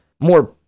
more